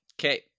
Okay